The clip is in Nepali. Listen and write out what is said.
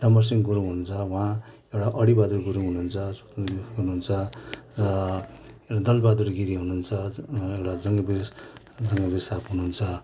डम्बर सिंह गुरुङ हुनु हुन्छ उहाँ एउटा अरी बहादुर गुरुङ हुनु हुन्छ हुनु हुन्छ र एउटा दल बहादुर गिरी हुनु हुन्छ जङ्ग बहादुर साहब हुनु हुन्छ